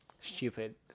Stupid